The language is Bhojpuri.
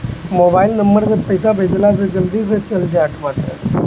मोबाइल नंबर से पईसा भेजला से जल्दी से चल जात बाटे